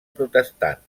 protestant